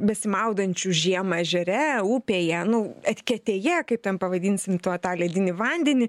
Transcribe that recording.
besimaudančių žiemą ežere upėje nu eketėje kaip ten pavadinsim tuo tą ledinį vandenį